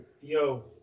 Yo